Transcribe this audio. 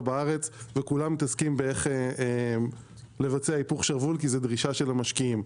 בארץ וכולם מתעסקים באיך לבצע היפוך שרוול כי זו דרישה של המשקיעים.